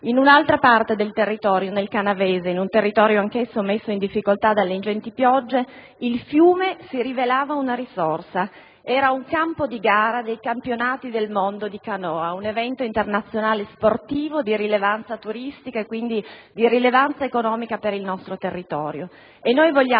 in un'altra parte del territorio, nel Canavese (un territorio anch'esso messo in difficoltà dalle ingenti piogge), il fiume si rivelava una risorsa, visto che era utilizzato come campo di gara dei campionati del mondo di canoa. Un evento sportivo internazionale di rilevanza turistica e quindi di rilevanza economica per il nostro territorio.